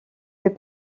fait